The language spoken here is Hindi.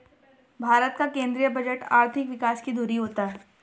भारत का केंद्रीय बजट आर्थिक विकास की धूरी होती है